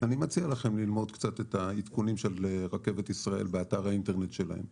אני מציע לכם ללמוד קצת את העדכונים של רכבת ישראל באתר האינטרנט שלהם,